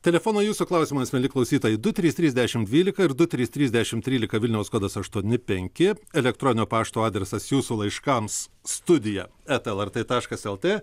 telefonai jūsų klausimams mieli klausytojai du trys trys dešimt dvylika ir du trys trys dešimt trylika vilniaus kodas aštuoni penki elektroninio pašto adresas jūsų laiškams studija lrt taškas lt